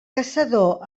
caçador